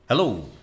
Hello